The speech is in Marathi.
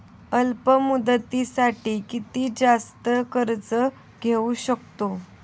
अल्प मुदतीसाठी किती जास्त कर्ज घेऊ शकतो?